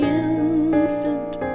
infant